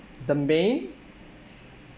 the main